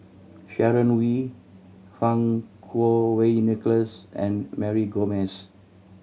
Sharon Wee Fang Kuo Wei Nicholas and Mary Gomes